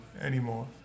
anymore